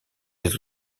les